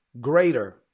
greater